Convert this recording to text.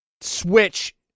Switch